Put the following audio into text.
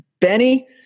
Benny